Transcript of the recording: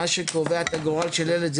מה שקובע את הגורל של ילד,